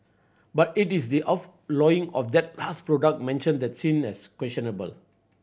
but it is the outlawing of that last product mentioned that's seen as questionable